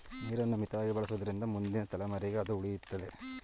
ನೀರನ್ನು ಮಿತವಾಗಿ ಬಳಸುವುದರಿಂದ ಮುಂದಿನ ತಲೆಮಾರಿಗೆ ಅದು ಉಳಿಯುತ್ತದೆ